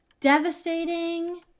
Devastating